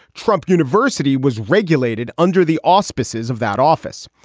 trump university was regulated under the auspices of that office.